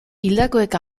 hildakoek